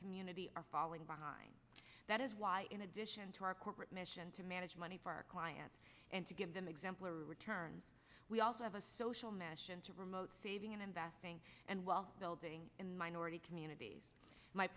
community are falling behind that is why in addition to our corporate mission to manage money for our clients and to give them exemplary returns we also have a social mission to remote saving and investing and while building in minority communities my